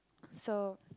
so